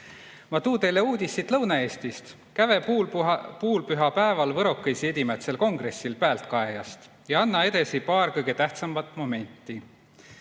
Ma tuu teile uudisit Lõuna-Eestist. Käve puulpühapääval võrokõisi edimädsel kongressil päältkaejast ja anna edesi paar kõige tähtsambat momenti.